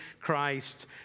christ